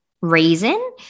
reason